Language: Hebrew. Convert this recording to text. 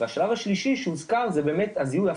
והשלב השלישי שהוזכר הוא הזיהוי הפורנזי.